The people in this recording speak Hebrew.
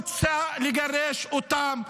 רוצה לגרש אותם.